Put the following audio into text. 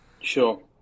sure